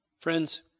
Friends